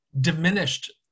diminished